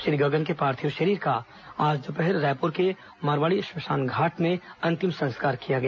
श्री गगन के पार्थिव शरीर का आज दोपहर रायपुर के मारवाड़ी शमशान घाट में अंतिम संस्कार किया गया